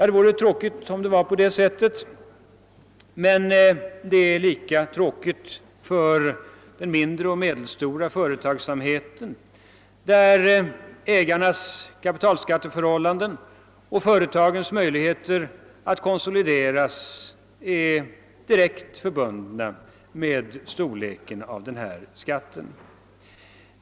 Det vore tråkigt om det förhöll sig så, men det är lika tråkigt för den mindre och medelstora företagsamheten där ägarnas kapitalskatteförhållanden och företagens möjligheter att konsolideras är direkt förbundna med storleken av denna skatt.